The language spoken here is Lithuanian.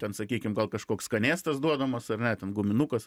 ten sakykim gal kažkoks skanėstas duodamas ar ne ten guminukas